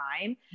time